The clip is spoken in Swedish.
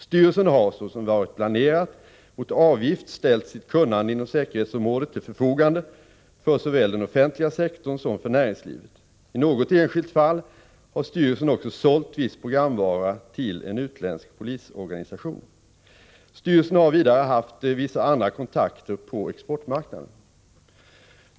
Styrelsen har, såsom varit planerat, mot avgift ställt sitt kunnande inom säkerhetsområdet till förfogande för såväl den offentliga sektorn som för näringslivet. I något enskilt fall har styrelsen också sålt viss programvara till en utländsk polisorganisation. Styrelsen har vidare haft vissa andra kontakter på exportmarknaden.